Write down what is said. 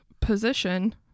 position